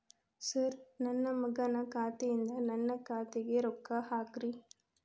sir ನನ್ನ ಮಗನ ಖಾತೆ ಯಿಂದ ನನ್ನ ಖಾತೆಗ ರೊಕ್ಕಾ ಹಾಕ್ರಿ